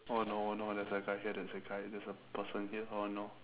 oh no oh no there's a guy here there's a guy there's a person here oh no